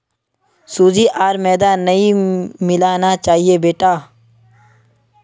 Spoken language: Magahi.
सूजी आर मैदा नई मिलाना चाहिए बेटा